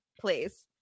please